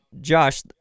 Josh